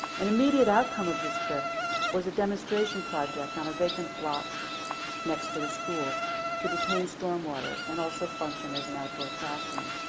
an immediate outcome of this trip was a demonstration project on a vacant lot next to the school to detain storm water and also function as an outdoor classroom.